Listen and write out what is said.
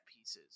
pieces